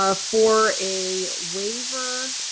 ah for a waiver,